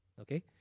Okay